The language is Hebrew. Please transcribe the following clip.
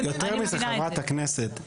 יותר מזה, חברת הכנסת.